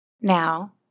Now